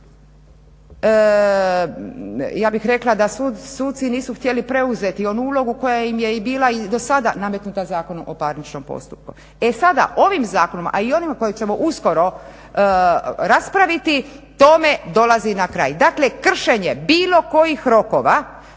ja bih rekla da suci nisu htjeli preuzeti onu ulogu koja im je i bila i do sada nametnuta Zakonom o parničnom postupku. E sada, ovim zakonom a i onim kojeg ćemo uskoro raspraviti tome dolazi na kraj, dakle kršenje bilo kojih rokova